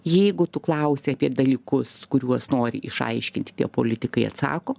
jeigu tu klausi apie dalykus kuriuos nori išaiškint tie politikai atsako